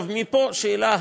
עכשיו מפה השאלה,